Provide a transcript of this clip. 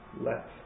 Let